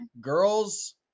girls